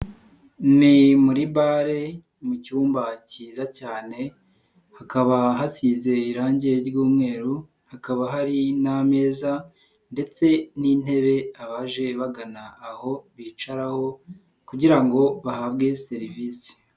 Ni muri bare mu cyumba kiza cyane hakaba hasize irangi ry'umweru hakaba hari n'ameza ndetse n'intebe abaje bagana aho bicaraho kugira ngo bahabwe serivisi.